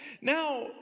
Now